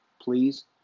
please